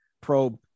probe